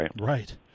right